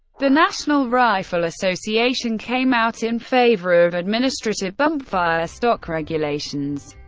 the national rifle association came out in favor of administrative bump fire stock regulations.